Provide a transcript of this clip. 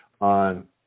on